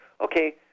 okay